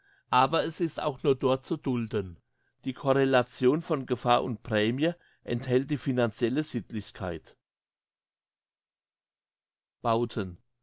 aber er ist auch nur dort zu dulden die correlation von gefahr und prämie enthält die finanzielle sittlichkeit